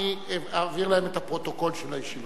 אני אעביר להם את הפרוטוקול של הישיבה.